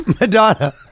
Madonna